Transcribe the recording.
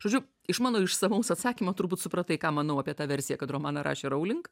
žodžiu iš mano išsamaus atsakymo turbūt supratai ką manau apie tą versiją kad romaną rašė raulink